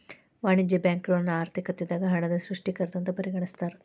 ವಾಣಿಜ್ಯ ಬ್ಯಾಂಕುಗಳನ್ನ ಆರ್ಥಿಕತೆದಾಗ ಹಣದ ಸೃಷ್ಟಿಕರ್ತ ಅಂತ ಪರಿಗಣಿಸ್ತಾರ